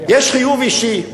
יש חיוב אישי.